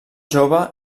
jove